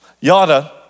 Yada